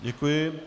Děkuji.